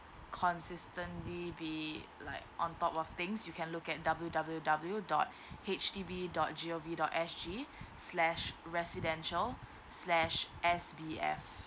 consistently be like on those of things you can look at W W W dot H D B dot G O V dot S G slash residential slash S B F